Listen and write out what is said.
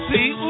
See